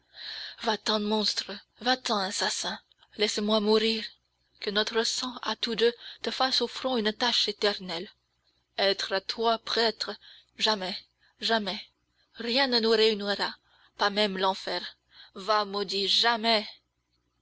va-t'en monstre va-t'en assassin laisse-moi mourir que notre sang à tous deux te fasse au front une tache éternelle être à toi prêtre jamais jamais rien ne nous réunira pas même l'enfer va maudit jamais